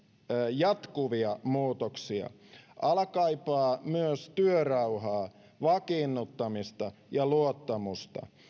jatkuvia muutoksia ala kaipaa myös työrauhaa vakiinnuttamista ja luottamusta